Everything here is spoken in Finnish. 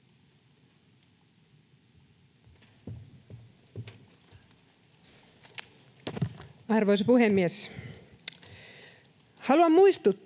Arvoisa puhemies!